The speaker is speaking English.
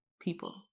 people